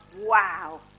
wow